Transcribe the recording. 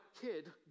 kid